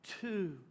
two